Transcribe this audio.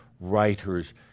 writers